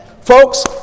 Folks